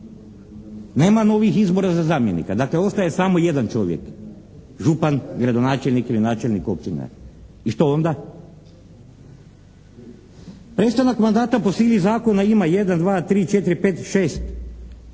nema novih izbora za zamjenika. Dakle, ostaje samo jedan čovjek, župan, gradonačelnik ili načelnik općine. I što onda? Prestanak mandata po sili zakona ima 1, 2, 3, 4, 5, 6